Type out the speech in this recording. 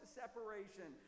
separation